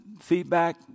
feedback